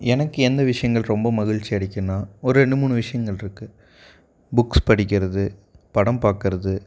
எனக்கு எந்த விஷயங்கள் ரொம்ப மகிழ்ச்சி அளிக்கும்னால் ஒரு ரெண்டு மூணு விஷயங்கள் இருக்குது புக்ஸ் படிக்கிறது படம் பார்க்கறது